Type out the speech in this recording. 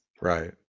Right